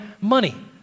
money